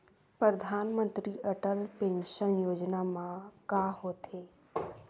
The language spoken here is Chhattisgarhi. परधानमंतरी अटल पेंशन योजना मा का होथे?